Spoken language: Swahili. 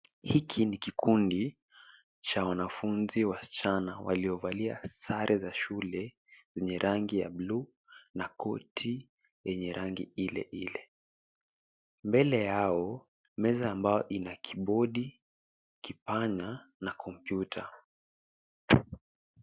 Hiki ni kikundi cha wanafunzi wasichana waliovalia sare za shule zenye rangi ya bluu na koti yenye rangi ile ile. Mbele yao, meza ambayo ina kibodi, kipanya na kompyuta.